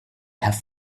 have